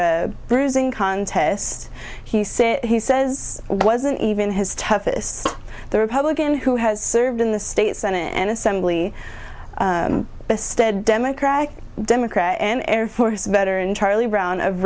bruising contests he said he says wasn't even his toughest the republican who has served in the state senate and assembly istead democratic democrat an air force veteran charlie brown of